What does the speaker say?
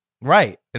Right